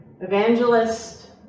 evangelist